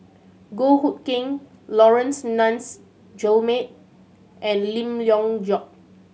Goh Hood Keng Laurence Nunns Guillemard and Lim Leong Geok